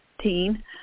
teen